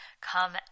come